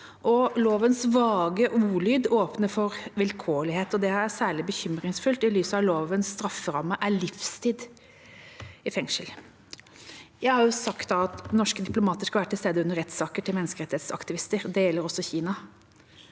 Lovens vage ordlyd åpner for vilkårlighet, og det er særlig bekymringsfullt i lys av at lovens strafferamme er livstid i fengsel. Jeg har sagt at norske diplomater skal være til stede under rettssaker til menneskerettighetsaktivister, og det gjelder også i Kina,